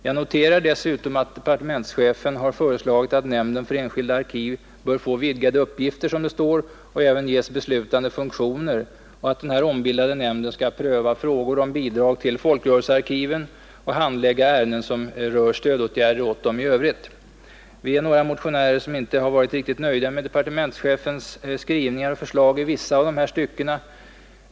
Jag noterar dessutom att departementschefen har föreslagit att nämnden för enskilda arkiv bör få vidgade uppgifter, som det står, och även ges beslutande funktioner, och att den ombildade nämnden skall pröva frågor om bidrag till folkrörelsearkiven och handlägga ärenden som rör åtgärder för stöd åt dem i övrigt. Vi är några motionärer som inte har varit riktigt nöjda med departementschefens skrivningar och förslag i vissa av de här styckena.